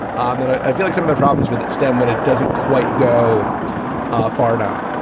and i'm feeling some of the problems with it. stem but it doesn't quite go far enough.